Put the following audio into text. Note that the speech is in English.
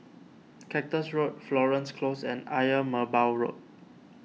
Cactus Road Florence Close and Ayer Merbau Road